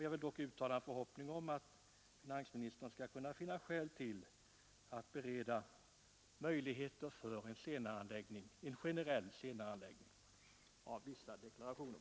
Jag vill ändock uttala en förhoppning om att finansministern skall finna skäl att bereda möjligheter för en generell senareläggning av vissa deklarationer.